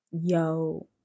yo